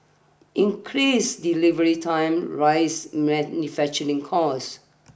increased delivery times rise manufacturing costs